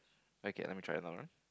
okay let me try another one